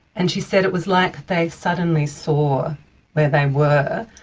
and she said it was like they suddenly saw where they were,